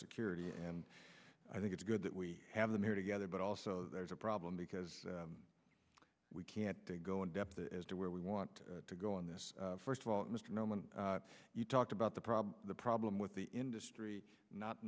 security and i think it's good that we have them here together but also there's a problem because we can't go in depth as to where we want to go on this first of all mr norman you talked about the problem the problem with the industry not